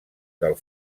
del